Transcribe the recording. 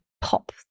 pop